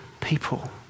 people